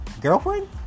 Girlfriend